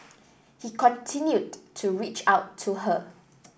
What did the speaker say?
he continued to reach out to her